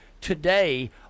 today